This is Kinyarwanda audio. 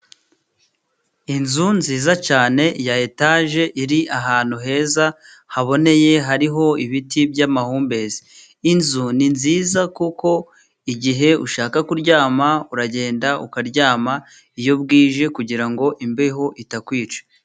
Inzu nziza cyane ya etaje, iri ahantu heza haboneye, hariho ibiti by'amahumbezi. Inzu ni nziza kuko igihe ushaka kuryama uragenda ukaryama, iyo bwije kugira ngo imbeho itakwica.